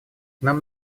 нам